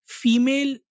female